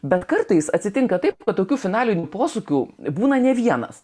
bet kartais atsitinka taip kad tokių finalinių posūkių būna ne vienas